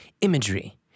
Imagery